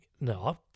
No